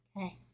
Okay